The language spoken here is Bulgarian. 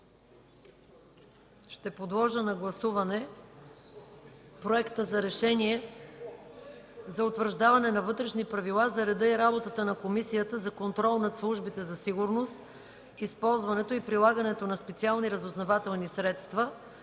ли? Подлагам на гласуване Проекта за решение за утвърждаване на Вътрешни правила за реда и работата на Комисията за контрол над службите за сигурност, използването и прилагането на специални разузнавателни средства